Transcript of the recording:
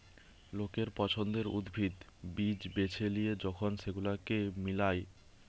লোকের পছন্দের উদ্ভিদ, বীজ বেছে লিয়ে যখন সেগুলোকে মিলায়